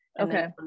Okay